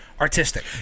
artistic